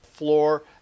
floor